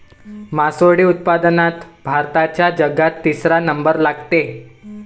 मासोळी उत्पादनात भारताचा जगात तिसरा नंबर लागते